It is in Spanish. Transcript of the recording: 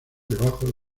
debajo